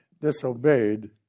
disobeyed